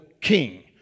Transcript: king